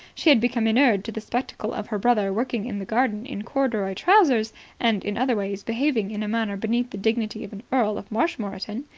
she had become inured to the spectacle of her brother working in the garden in corduroy trousers and in other ways behaving in a manner beneath the dignity of an earl of marshmoreton.